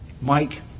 Mike